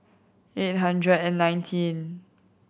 eight hundred and nineteen